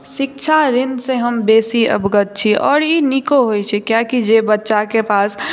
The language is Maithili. शिक्षा ऋणसँ हम बेसी अवगत छी आओर ई नीको होइ छै कियाकि जे बच्चाके पास